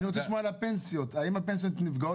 אני רוצה לשמוע על הפנסיות, האם הפנסיות נפגעות?